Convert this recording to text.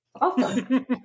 Awesome